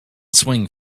swing